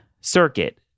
circuit